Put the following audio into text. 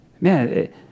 man